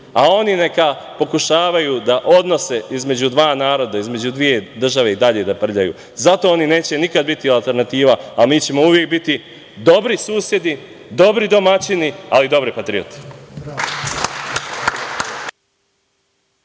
a oni neka pokušavaju da odnose između dva naroda, između dve države i dalje da prljaju. Zato oni neće nikada biti alternativa, a mi ćemo uvek biti dobri susedi, dobri domaćini, ali i dobre patriote.